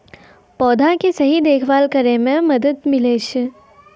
पौधा के सही देखभाल करै म मदद मिलै छै